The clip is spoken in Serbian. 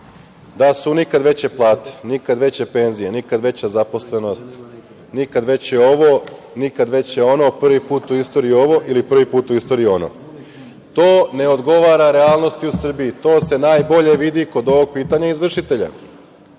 da su nikad veće plate, nikad veće penzije, nikad veća zaposlenost, nikad veće ovo, nikad veće ono, prvi put u istoriji u ovo ili prvi put u istoriji ono. To ne odgovara realnosti u Srbiji. To se najbolje vidi kod ovog pitanja izvršitelja. Čuli